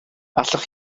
allwch